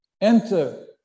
enter